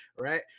right